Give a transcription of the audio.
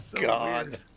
God